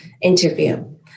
interview